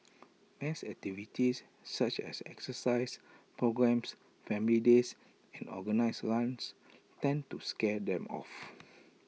mass activities such as exercise programmes family days and organised runs tend to scare them off